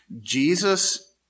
Jesus